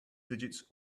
digits